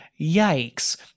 yikes